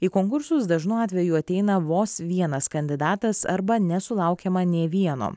į konkursus dažnu atveju ateina vos vienas kandidatas arba nesulaukiama nė vieno